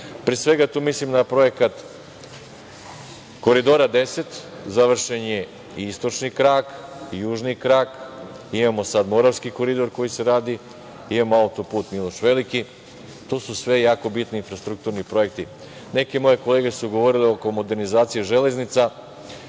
svega, tu mislim na projekat Koridora 10, završen je istočni krak, južni krak, imamo sad Moravski koridor koji se radi, imamo autoput Miloš Veliki. To su sve jako bitni infrastrukturni projekti. Neke moje kolege su govorile oko modernizacije železnica.